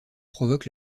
provoque